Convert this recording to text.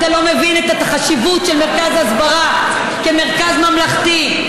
אתה לא מבין את החשיבות של מרכז ההסברה כמרכז ממלכתי,